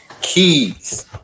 keys